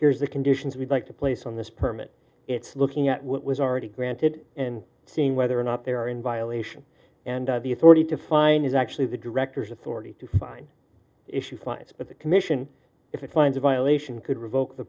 here's the conditions we'd like to place on this permit it's looking at what was already granted and seeing whether or not they are in violation and the authority to fine is actually the director's authority to fine issue fines but the commission if it finds a violation could revoke the